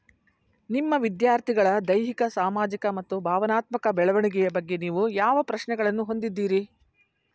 ನಿಮ್ಮ ವಿದ್ಯಾರ್ಥಿಗಳ ದೈಹಿಕ ಸಾಮಾಜಿಕ ಮತ್ತು ಭಾವನಾತ್ಮಕ ಬೆಳವಣಿಗೆಯ ಬಗ್ಗೆ ನೀವು ಯಾವ ಪ್ರಶ್ನೆಗಳನ್ನು ಹೊಂದಿದ್ದೀರಿ?